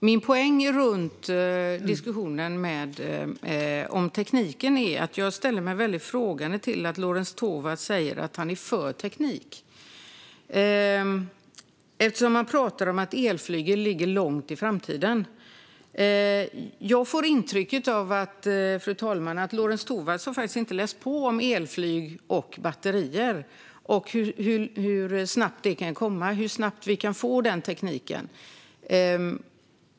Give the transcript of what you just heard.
Fru talman! Min poäng i diskussionen om tekniken är att jag ställer mig frågande till att Lorentz Tovatt säger att han är för teknik eftersom han säger att elflyg ligger långt fram i tiden. Jag får intrycket, fru talman, att Lorentz Tovatt inte har läst på om elflyg och batterier och hur snabbt den tekniken kan komma på plats.